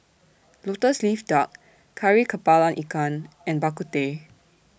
Lotus Leaf Duck Kari Kepala Ikan and Bak Kut Teh